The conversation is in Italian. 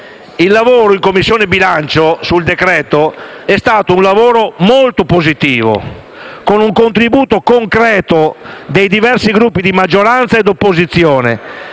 Il lavoro in Commissione bilancio sul decreto-legge è stato molto positivo, con un contributo concreto dei diversi Gruppi di maggioranza e di opposizione,